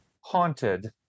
haunted